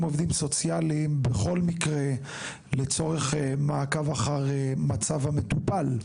עובדים סוציאליים לצורך מעקב אחר מצב המטופל?